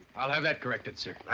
i'll have that corrected, sir.